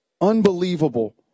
unbelievable